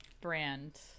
brand